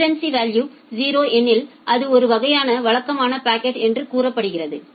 precedence value 0 எனில் அது ஒரு வகையான வழக்கமான பாக்கெட் என்று கூறப்படுகிறது